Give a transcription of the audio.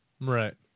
Right